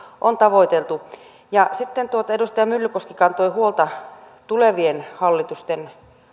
on tavoiteltu sitten edustaja myllykoski kantoi huolta tulevien hallitusten